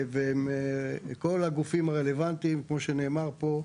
וכל הגופים הרלוונטיים כמו שנאמר פה,